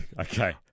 Okay